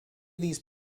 these